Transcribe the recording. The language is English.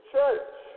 Church